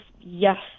yes